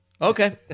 Okay